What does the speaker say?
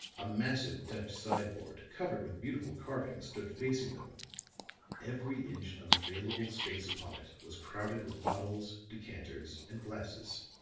a massive dutch side-board, covered with beautiful carving, stood facing them every inch of available space upon it was crowded with bottles, decanters and glasses.